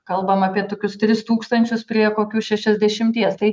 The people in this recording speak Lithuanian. kalbam apie tokius tris tūkstančius prie kokių šešiasdešimties tai